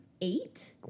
eight